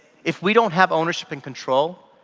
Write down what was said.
if we don't have ownership and control,